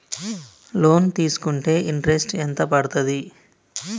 Loan తీస్కుంటే interest ఎంత పడ్తది?